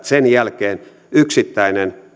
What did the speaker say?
sen jälkeen yksittäinen